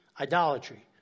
idolatry